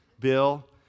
Bill